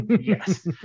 Yes